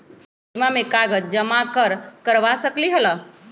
बीमा में कागज जमाकर करवा सकलीहल?